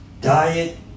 diet